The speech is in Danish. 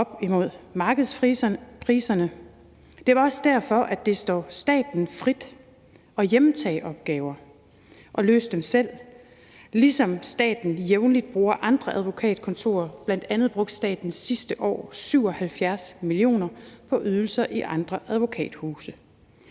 op imod markedspriserne. Det er også derfor, at det står staten frit for at hjemtage opgaver og løse dem selv, ligesom staten jævnligt bruger andre advokatkontorer. Bl.a. brugte staten sidste år 77 mio. kr. på ydelser i andre advokathuse.